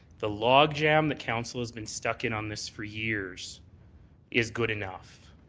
the logjam that council has been stuck in on this for years is good enough,